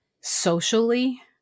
socially